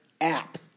app